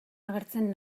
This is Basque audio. agertzen